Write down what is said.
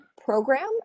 program